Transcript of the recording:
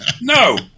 No